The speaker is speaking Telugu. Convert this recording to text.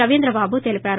రవీంద్ర బాబు తెలిపారు